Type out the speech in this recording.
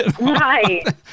Right